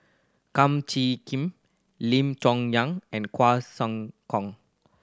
Kum Chee Kim Lim Chong Yang and Quah Sam Kong